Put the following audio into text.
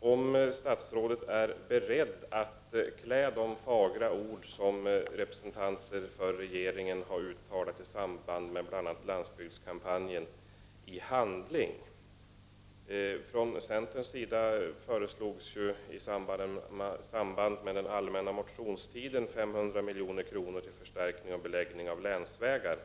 huruvida statsrådet är beredd att klä de fagra ord i handling som representanter för regeringen har uttalat i samband med landsbygdskampanjen. Från centerns sida föreslogs i samband med den allmänna motionstiden 500 milj.kr. till förstärkning och beläggning av länsvägar.